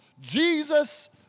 Jesus